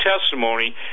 testimony